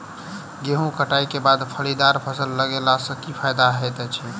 गेंहूँ कटाई केँ बाद फलीदार फसल लगेला सँ की फायदा हएत अछि?